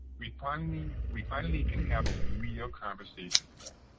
we finally we finally can have real conversations again.